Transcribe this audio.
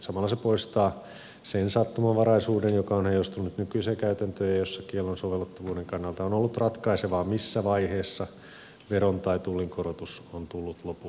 samalla se poistaa sen sattumanvaraisuuden joka on heijastunut nykyiseen käytäntöön ja jossa kiellon sovellettavuuden kannalta on ollut ratkaisevaa missä vaiheessa veron tai tullinkorotus on tullut lopulliseksi